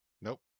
nope